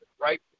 right